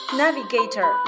navigator